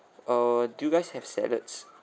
uh do you guys have salads